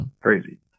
Crazy